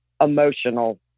emotional